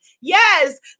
Yes